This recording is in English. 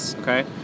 Okay